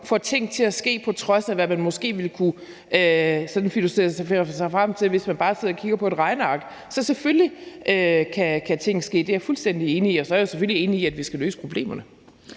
og får ting til at ske, på trods af hvad man måske ville kunne filosofere sig frem til, hvis man bare sad og kiggede på et regneark. Så selvfølgelig kan ting ske; det er jeg fuldstændig enig i. Og så er jeg selvfølgelig enig i, at vi skal løse problemerne.